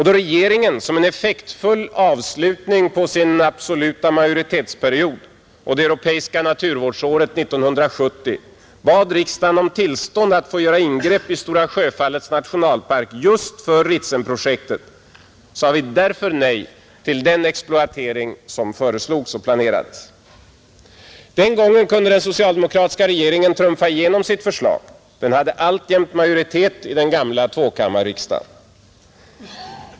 Då regeringen som en effektfull avslutning på sin absoluta majoritetsperiod och det europeiska naturvårdsåret 1970 bad riksdagen om tillstånd att få göra ingrepp i Stora Sjöfallets nationalpark just för Ritsemprojektet, sade vi därför nej till den exploatering som föreslogs och planerades. Den gången kunde den socialdemokratiska regeringen trumfa igenom sitt förslag — den hade alltjämt majoritet i den gamla tvåkammarriksdagen.